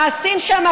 נעשים שם,